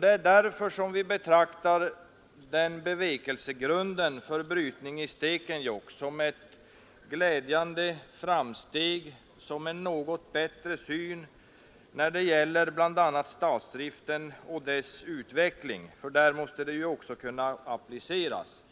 Det är därför vi betraktar bevekelsegrunden för brytning i Stekenjokk som ett glädjande framsteg, som en något bättre syn på statsdriften och dess utveckling — också där måste den ju kunna appliceras.